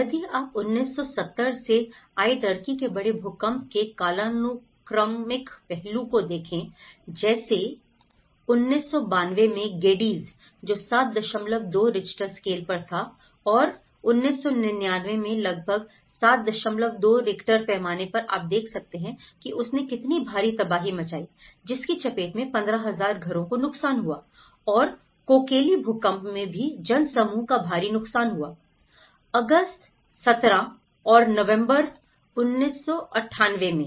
यदि आप 1970 से आए टर्की के बड़े भूकंप के कालानुक्रमिक पहलू को देखें जैसे 1992 मैं जेडीज जो 72 रिक्टर स्केल पर था और 1999 में लगभग 72 रिक्टर पैमाने पर आप देख सकते हैं कि उसने कितनी भारी तबाही मचाई जिसकी चपेट में 15000 घरों को नुकसान हुआ और कोकेली भूकंप में भी जनसमूह का भारी नुकसान हुआ अगस्त 17 और नवंबर 1998 में